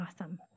Awesome